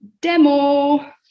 demo